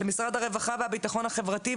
למשרד הרווחה והביטחון החברתי,